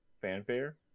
fanfare